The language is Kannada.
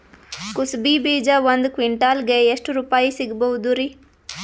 ಕುಸಬಿ ಬೀಜ ಒಂದ್ ಕ್ವಿಂಟಾಲ್ ಗೆ ಎಷ್ಟುರುಪಾಯಿ ಸಿಗಬಹುದುರೀ?